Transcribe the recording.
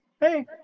hey